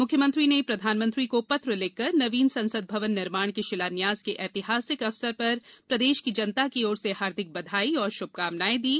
मुख्यमंत्री ने प्रधानमंत्री को पत्र लिखकर नवीन संसद भवन निर्माण के शिलान्यास के ऐतिहासिक अवसर पर प्रदेश जनता की ओर से हार्दिक बधाई और शुभकामनाएं दीं